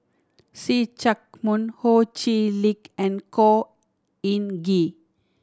See Chak Mun Ho Chee Lick and Khor Ean Ghee